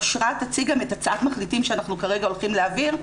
אושרה תציג גם את הצעת מחליטים שאנחנו כרגע הולכים להעביר,